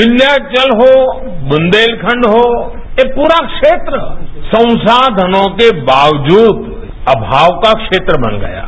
विंध्याचल हो बुंदेलखंड हो ये पूरा क्षेत्र संसाधनों के बावजूद अभाव का क्षेत्र बन गया है